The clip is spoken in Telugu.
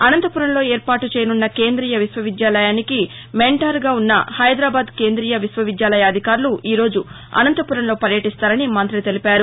అనంతపురంలో ఏర్పాటు చేయనున్న కేంద్రీయ విశ్వవిద్యాలయానికి మెంటార్గా ఉన్న హైదరాబాద్ కేంద్రీయ విశ్వవిద్యాలయ అధికారులు ఈ రోజు అనంతపురంలో పర్యటిస్తారని మంతి తెలిపారు